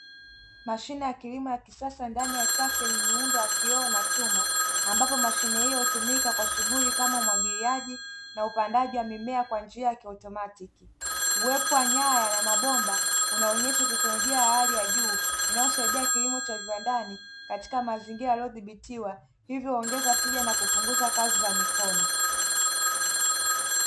Mashine ya kilimo ya kisasa ndani ya chafu yenye muundo wa kioo na chuma, ambapo mashine hiyo hutumika kwa shughuli za kilimo kama; Umwagiliaji na Upandaji wa mimea kwa njia ya Kiotomatiki. Uwepo wa nyaya na mabomba unaonesha teknolojia ya hali ya juu inayosaidia kilimo cha viwandani katika mazingira yaliyodhibitiwa. Hivyo huongeza tija na kupunguza kazi za mikono.